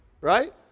Right